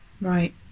Right